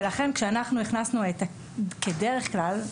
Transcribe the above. לכן כאשר אנחנו הכנסנו את ה-כדרך כלל,